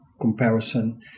comparison